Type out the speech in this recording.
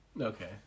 Okay